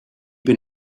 been